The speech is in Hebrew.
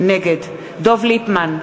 נגד דב ליפמן,